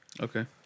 Okay